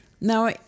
Now